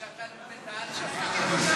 הוא שתל את בן-דהן שם.